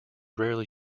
rarely